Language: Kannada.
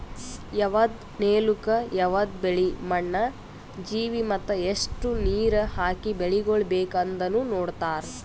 ಯವದ್ ನೆಲುಕ್ ಯವದ್ ಬೆಳಿ, ಮಣ್ಣ, ಜೀವಿ ಮತ್ತ ಎಸ್ಟು ನೀರ ಹಾಕಿ ಬೆಳಿಗೊಳ್ ಬೇಕ್ ಅಂದನು ನೋಡತಾರ್